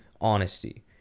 honesty